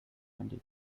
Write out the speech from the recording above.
twenty